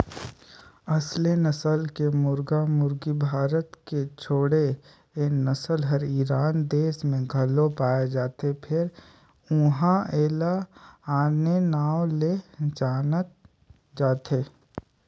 असेल नसल के मुरगा मुरगी भारत के छोड़े ए नसल हर ईरान देस में घलो पाये जाथे फेर उन्हा एला आने नांव ले जानल जाथे